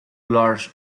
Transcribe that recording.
large